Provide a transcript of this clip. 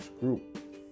group